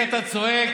אתה חבר שלי,